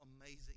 amazing